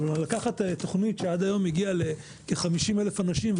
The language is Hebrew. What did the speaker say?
לקחת תוכנית שעד היום הגיעה ל-50 אלף אנשים,